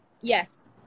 Yes